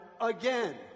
again